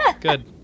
Good